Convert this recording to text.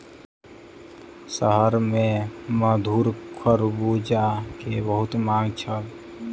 शहर में मधुर खरबूजा के बहुत मांग छल